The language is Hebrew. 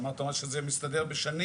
אמרת שזה מסתדר בשנים